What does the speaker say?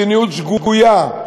מדיניות שגויה,